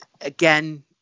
again